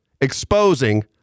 exposing